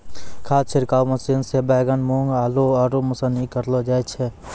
खाद छिड़काव मशीन से बैगन, मूँग, आलू, आरू सनी करलो जाय छै